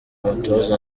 umutoza